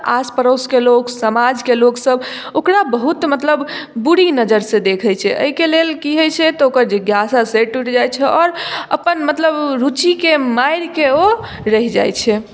तऽ आस पड़ोसकेँ लोक समाजकेँ लोकसभ ओकरा बहुत मतलब बुरी नजर से देखै छै अहिकेँ लेल की होइ छै तऽ ओकर जिज्ञासा से टुटि जाइत छनि आओर अपन मतलब रुचिकेँ मारिके ओ रहि जाइत छै